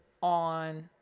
on